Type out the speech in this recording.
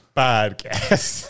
podcast